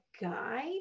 guy